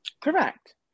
Correct